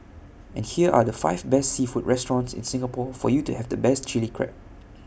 and here are the five best seafood restaurants in Singapore for you to have the best Chilli Crab